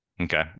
Okay